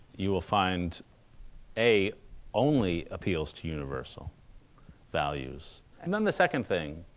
you will find a only appeals to universal values and then the second thing,